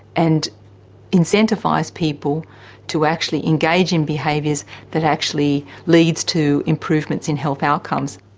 and incentivise people to actually engage in behaviours that actually leads to improvements in health outcomes.